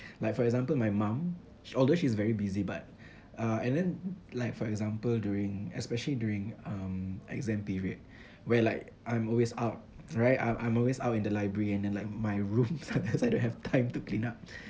like for example my mum although she's very busy but uh and then like for example during especially during um exam period where like I'm always out right I'm I'm always out in the library and then like my room sometimes I don't have time to clean up